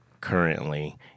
currently